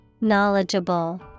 Knowledgeable